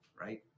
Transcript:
right